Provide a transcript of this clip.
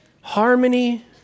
harmony